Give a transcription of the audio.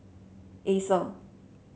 acer